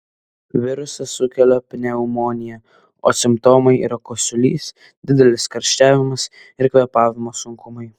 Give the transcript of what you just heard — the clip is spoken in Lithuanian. virusas sukelia pneumoniją o simptomai yra kosulys didelis karščiavimas ir kvėpavimo sunkumai